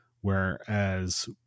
Whereas